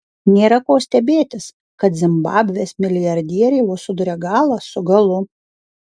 nėra ko stebėtis kad zimbabvės milijardieriai vos suduria galą su galu